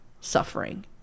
suffering